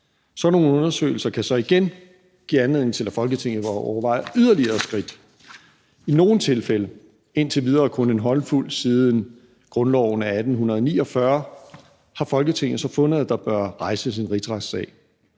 Sådan nogle undersøgelser kan så igen give anledning til, at Folketinget overvejer yderligere skridt. I nogle tilfælde – indtil videre kun en håndfuld siden grundloven af 1849 – har Folketinget fundet, at der bør rejses en rigsretssag.